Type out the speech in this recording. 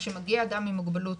כשמגיע אדם עם מוגבלות